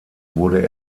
wurde